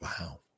Wow